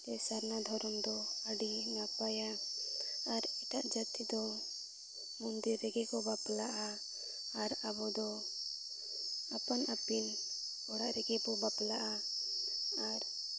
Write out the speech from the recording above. ᱜᱮ ᱥᱟᱨᱱᱟ ᱫᱷᱚᱨᱚᱢ ᱫᱚ ᱟᱹᱰᱤ ᱱᱟᱯᱟᱭᱟ ᱟᱨ ᱮᱴᱟᱜ ᱡᱟᱹᱛᱤ ᱫᱚ ᱢᱚᱱᱫᱤᱨ ᱨᱮᱜᱮ ᱠᱚ ᱵᱟᱯᱞᱟᱜᱼᱟ ᱟᱨ ᱟᱵᱚ ᱫᱚ ᱟᱯᱟᱱ ᱟᱹᱯᱤᱱ ᱚᱲᱟᱜ ᱨᱮᱜᱮ ᱵᱚ ᱵᱟᱯᱞᱟᱜᱼᱟ ᱟᱨ